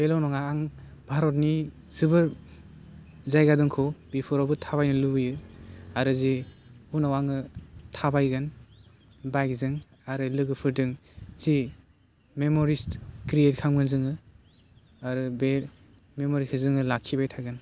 बेल' नङा आं भारतनि जोबोर जायगा दंख' बेफोरावबो थाबायनो लुबैयो आरो जि उनाव आङो थाबायगोन बाइकजों आरो लोगोफोरदों जि मेमरिस्ट क्रियेट खालामगोन जोङो आरो बे मेमरिखौ जोङो लाखिबाय थागोन